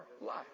life